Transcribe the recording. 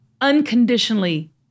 unconditionally